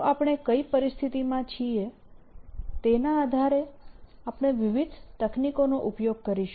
તો આપણે કઈ પરિસ્થિતિમાં છીએ તેના આધારે આપણે વિવિધ તકનીકોનો ઉપયોગ કરીશું